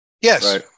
Yes